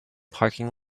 parking